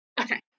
Okay